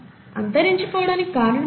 అంతరించిపోవడానికి కారణం ఏమిటి